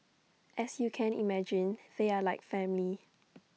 as you can imagine they are like family